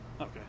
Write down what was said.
Okay